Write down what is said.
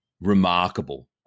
remarkable